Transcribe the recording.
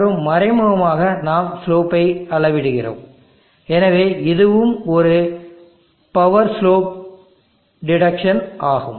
மற்றும் மறைமுகமாக நாம் ஸ்லோப் ஐ அளவிடுகிறோம் எனவே இதுவும் ஒரு பவர் ஸ்லோப் டிடக்சன் ஆகும்